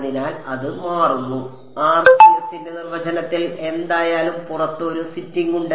അതിനാൽ അത് മാറുന്നു ആർസിഎസിന്റെ നിർവചനത്തിൽ എന്തായാലും പുറത്ത് ഒരു സിറ്റിംഗ് ഉണ്ട്